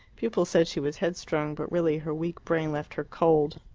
people said she was headstrong, but really her weak brain left her cold.